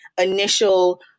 initial